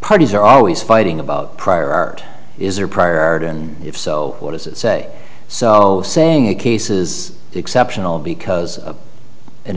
parties are always fighting about prior art is their prior art and if so what does it say so saying a case is exceptional because